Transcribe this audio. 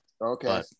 Okay